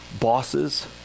bosses